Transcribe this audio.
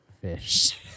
fish